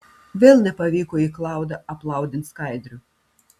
vėl nepavyko į klaudą aplaudint skaidrių